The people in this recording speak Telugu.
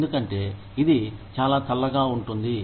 ఎందుకంటే ఇది చాలా చల్లగా ఉంటుంది